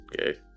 Okay